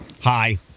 Hi